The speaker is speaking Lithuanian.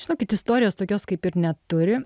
žinokit istorijos tokios kaip ir neturi